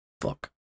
Fuck